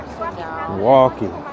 walking